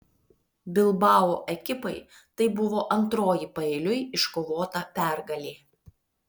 bilbao ekipai tai buvo antroji paeiliui iškovota pergalė